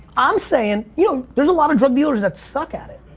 i'm sayin' you know there's a lot of drug dealers that suck at it.